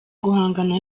guhangana